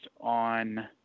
on